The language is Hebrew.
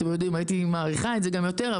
הייתי מאריכה את זה גם יותר,